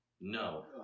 no